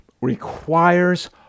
requires